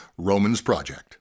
RomansProject